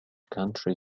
country